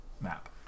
map